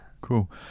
Cool